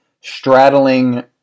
straddling